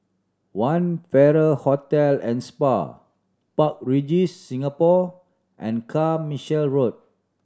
One Farrer Hotel and Spa Park Regis Singapore and Carmichael Road